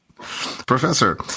professor